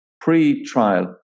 pre-trial